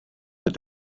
that